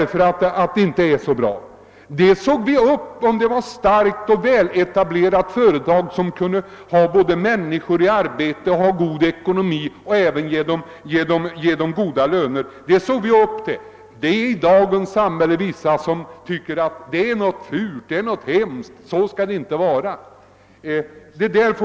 Förr såg vi upp till ett starkt och väletablerat företag, som kunde ge människor arbete och som hade så god ekonomi att det också kunde betala goda löner. I dagens samhälle finns det människor som tycker att ett väletablerat företag är något fult och hemskt.